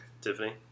Tiffany